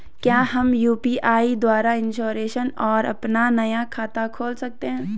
क्या हम यु.पी.आई द्वारा इन्श्योरेंस और अपना नया खाता खोल सकते हैं?